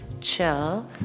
chill